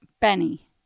Benny